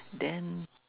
then